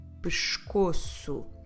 Pescoço